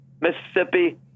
Mississippi